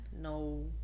No